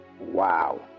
Wow